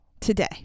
today